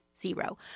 zero